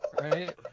right